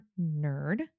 nerd